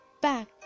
back